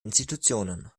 institutionen